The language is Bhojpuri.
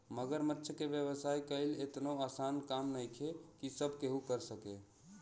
मगरमच्छ के व्यवसाय कईल एतनो आसान काम नइखे की सब केहू कर सके